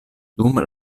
dum